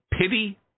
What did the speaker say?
Pity